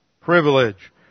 privilege